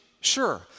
Sure